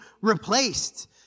replaced